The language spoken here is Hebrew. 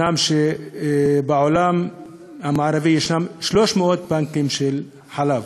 בעולם המערבי יש 300 בנקים של חלב.